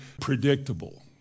predictable